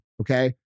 Okay